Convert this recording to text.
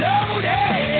Loaded